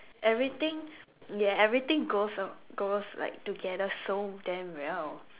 everything ya everything goes goes like together so damn well